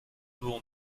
bon